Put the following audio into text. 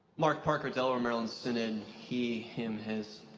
mark parker delaware-maryland synod, he, him, his.